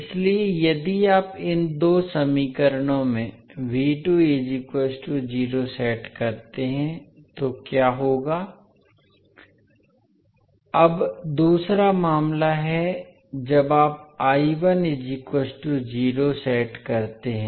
इसलिए यदि आप इन दो समीकरणों में सेट करते हैं तो क्या होगा अब दूसरा मामला है जब आप सेट करते हैं